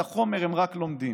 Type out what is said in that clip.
את החומר הם רק לומדים,